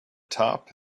top